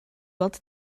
weld